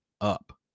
up